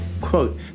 quote